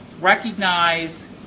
recognize